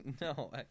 No